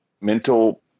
mental